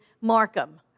Markham